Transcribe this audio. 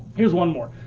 here's one more.